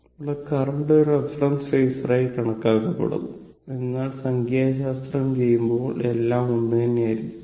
ഇവിടെ കറന്റ് ഒരു റഫറൻസ് ഫേസറായി കണക്കാക്കപ്പെടുന്നു എന്നാൽ സംഖ്യാശാസ്ത്രം ചെയ്യുമ്പോൾ എല്ലാം ഒന്നുതന്നെയായിരിക്കും